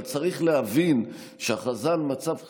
אבל צריך להבין שהכרזה על מצב חירום,